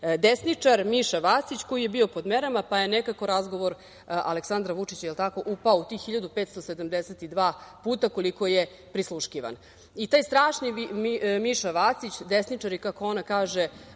desničar, Miša Vacić koji je bio pod merama, pa je nekako razgovor Aleksandra Vučića upao u tih 1572 puta, koliko je prisluškivan. Taj strašni Miša Vacić, desničar, i, kako ona kaže,